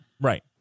right